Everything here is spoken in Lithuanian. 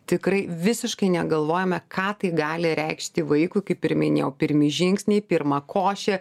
tikrai visiškai negalvojame ką tai gali reikšti vaikui kaip ir minėjau pirmi žingsniai pirma košė